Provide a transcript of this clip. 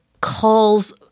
calls